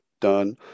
done